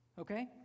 okay